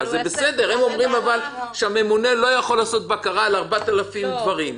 הם אומרים שהממונה לא יכול לעשות בקרה על 4,000 דברים.